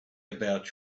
about